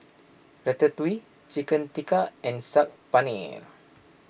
Ratatouille Chicken Tikka and Saag Paneer